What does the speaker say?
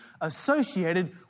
associated